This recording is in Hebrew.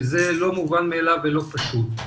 זה לא מובן מאליו ולא פשוט.